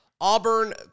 Auburn